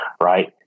right